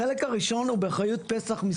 החלק הראשון הוא באחריות פס"ח פינוי,